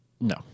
No